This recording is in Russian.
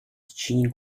течение